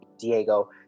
Diego